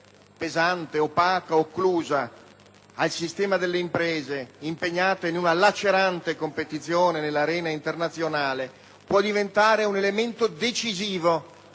pesante, opaca, occlusa, al sistema delle imprese, impegnato in una lacerante competizione nell'arena internazionale, può diventare un elemento decisivo